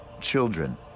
children